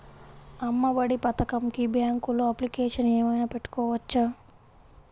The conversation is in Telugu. అమ్మ ఒడి పథకంకి బ్యాంకులో అప్లికేషన్ ఏమైనా పెట్టుకోవచ్చా?